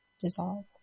dissolve